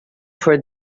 for